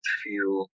feel